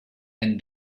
and